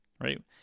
right